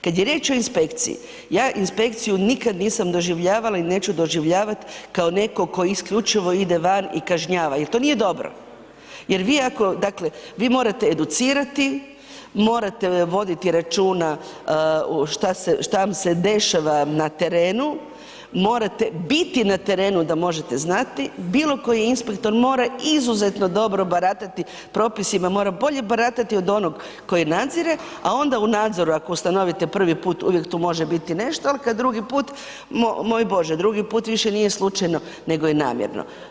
Kad je riječ o inspekciji ja inspekciju nikad nisam doživljavala i neću doživljavat kao netko tko isključivo ide van i kažnjava, jer to nije dobro, jer vi ako, dakle vi morate educirati, morate voditi računa šta vam se dešava na terenu, morate biti na terenu da možete znati, bilo koji inspektor mora izuzetno dobro baratati propisima, mora bolje baratati od onog koji nadzire, a onda u nadzoru ako ustanovite prvi put, uvijek tu može biti nešto, ali kad drugi put, moj Bože, drugi put više nije slučajno nego je namjerno.